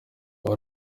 uwo